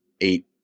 eight